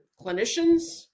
clinicians